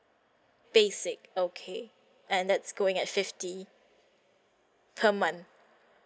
basic okay and that's going at fifty per month